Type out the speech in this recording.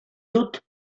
dut